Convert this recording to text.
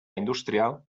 industrial